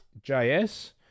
JS